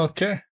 Okay